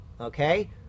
okay